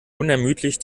unermüdlich